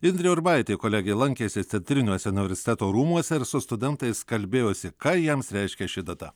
indrė urbaitė kolegė lankėsi centriniuose universiteto rūmuose ir su studentais kalbėjosi ką jiems reiškia ši data